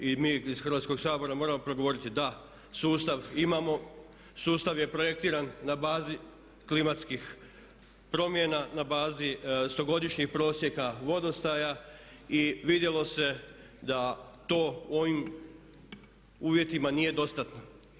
I mi iz Hrvatskog sabora se moramo progovoriti da, sustav imamo, sustav je projektiran na bazi klimatskih promjena, na bazi stogodišnjih prosjeka vodostaja i vidjelo se da to ovim uvjetima nije dostatno.